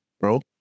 bro